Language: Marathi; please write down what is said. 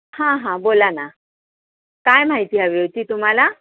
हां हां बोला ना काय माहिती हवी होती तुम्हाला